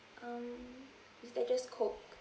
um is there just coke